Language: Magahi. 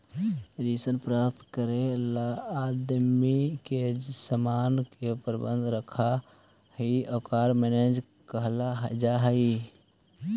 ऋण प्राप्त करे ला आदमी जे सामान के बंधक रखऽ हई ओकरा मॉर्गेज कहल जा हई